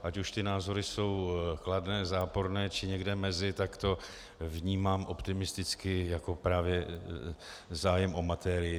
Ať už ty názory jsou kladné, záporné, či někde mezi, tak to vnímám optimisticky jako právě zájem o materii.